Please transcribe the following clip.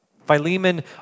Philemon